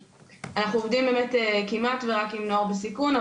אנחנו עובדים באמת כמעט ורק עם נוער בסיכון,